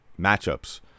matchups